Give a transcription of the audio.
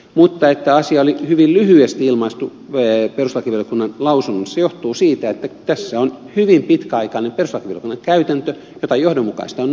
mutta se että asia oli hyvin lyhyesti ilmaistu perustuslakivaliokunnan lausunnossa johtuu siitä että tässä on hyvin pitkäaikainen perustuslakivaliokunnan käytäntö jota johdonmukaisesti on noudatettu